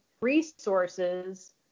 resources